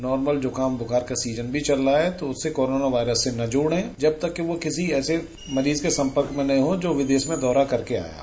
normal जुकाम बुखार का सीजन भी चल रहा है तो उसे कोरोना वायरस से न जोड़े जब तक कि वो किसी ऐसे मरीज के सम्पर्क में न हो जो विदेश में दौरा करके आया है